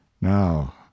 Now